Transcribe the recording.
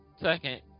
Second